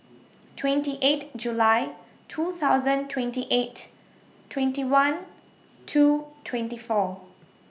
twenty eight July two thousand twenty eight twenty one two twenty four